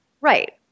Right